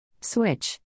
Switch